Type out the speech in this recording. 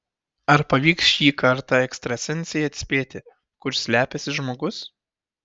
ar pavyks šį kartą ekstrasensei atspėti kur slepiasi žmogus